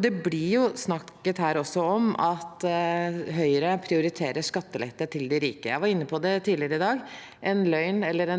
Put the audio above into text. Det blir også snakket om at Høyre prioriterer skattelette til de rike. Jeg var inne på det tidligere i dag – en løgn eller